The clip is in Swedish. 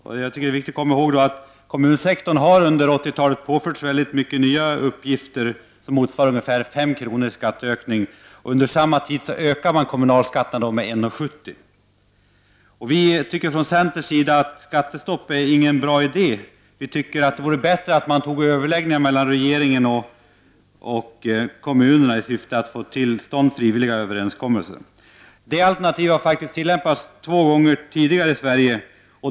Det är viktigt att komma ihåg att kommunsektorn under 80-talet har påförts många nya arbetsuppgifter som motsvarar ungefär 5 kr. i skattehöjning. Under samma tid har kommunalskatterna ökat med 1:70 kr. Vi tycker från centerns sida att skattestopp inte är någon bra idé. Det vore bättre med överläggningar mellan regeringen och kommunerna i syfte att få till stånd frivilliga överenskommelser. Det alternativet har faktiskt tillämpats två gånger tidigare i Sverige.